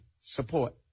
support